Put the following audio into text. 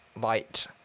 light